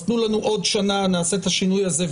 אז תנו לנו עוד שנה, נעשה את השינוי הזה.